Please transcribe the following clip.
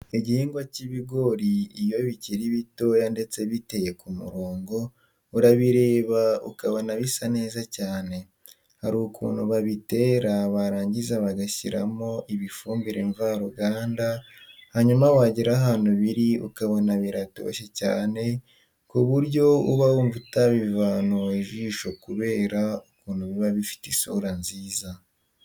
Igihingwa cy'ibigori iyo bikiri bitoya ndetse biteye ku murongo urabireba ukabona bisa neza cyane. Hari ukuntu babitera baranngiza bagashyiramo ibifumbire mvaruganda hanyuma wagera ahantu biri ukabona biratoshye cyane ku buryo uba wumva utabivano ijisho kubera ukuntu biba bifite isura nziza.